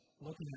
looking